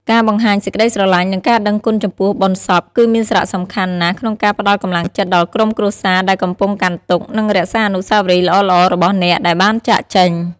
ការបង្ហាញសេចក្ដីស្រឡាញ់ និងការដឹងគុណចំពោះបុណ្យសព គឺមានសារៈសំខាន់ណាស់ក្នុងការផ្តល់កម្លាំងចិត្តដល់ក្រុមគ្រួសារដែលកំពុងកាន់ទុក្ខ និងរក្សាអនុស្សាវរីយ៍ល្អៗរបស់អ្នកដែលបានចាកចេញ។